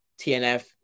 TNF